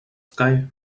sky